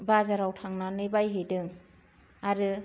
बाजाराव थांनानै बायहैदों आरो